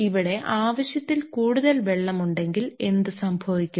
ഇവിടെ ആവശ്യത്തിൽ കൂടുതൽ വെള്ളം ഉണ്ടെങ്കിൽ എന്ത് സംഭവിക്കും